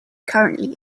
currently